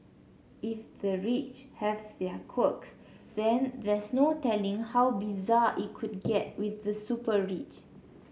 if the rich have their quirks then there's no telling how bizarre it could get with the super rich